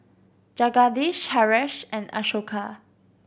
Jagadish Haresh and Ashoka